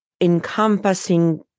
encompassing